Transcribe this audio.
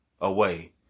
away